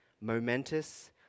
momentous